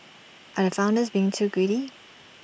are the founders being too greedy